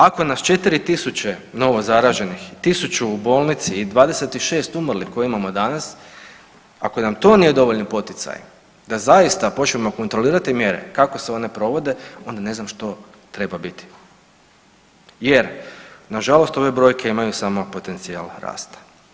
Ako nas 4000 novo zaraženih, 1000 u bolnici i 26 umrlih koje imamo danas, ako nam to nije dovoljan poticaj da zaista počnemo kontrolirati mjere kako se one provode onda ne znam što treba biti jer nažalost ove brojke imaju samo potencijal rasta.